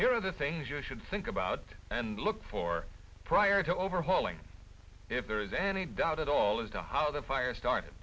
are the things you should think about and look for prior to overhauling if there is any doubt at all as to how the fire started